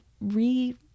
re